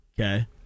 Okay